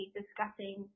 discussing